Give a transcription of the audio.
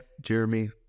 Jeremy